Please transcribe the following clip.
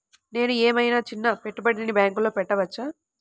నేను ఏమయినా చిన్న పెట్టుబడిని బ్యాంక్లో పెట్టచ్చా?